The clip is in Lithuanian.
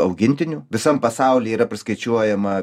augintinių visam pasauly yra priskaičiuojama